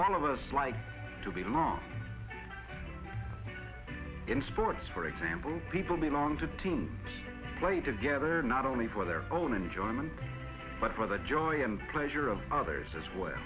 all of us like to belong in sports for example people belong to team play together not only for their own enjoyment but for the joy and pleasure of others as well